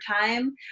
time